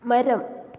മരം